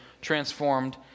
transformed